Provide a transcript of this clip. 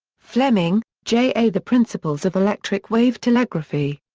fleming, j. a. the principles of electric wave telegraphy.